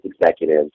executives